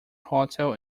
hotel